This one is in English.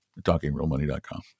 talkingrealmoney.com